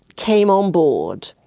came on board,